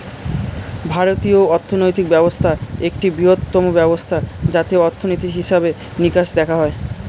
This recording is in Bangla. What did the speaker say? ভারতীয় অর্থনৈতিক ব্যবস্থা একটি বৃহত্তম ব্যবস্থা যাতে অর্থনীতির হিসেবে নিকেশ দেখা হয়